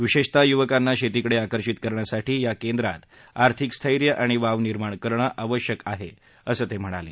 विशेषतः युवकांना शेतीकडे आकर्षित करण्यासाठी या केंद्रात आर्थिक स्थैर्य आणि वाव निर्माण करणं आवश्यक आहे असं ते म्हणाले